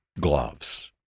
gloves